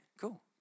cool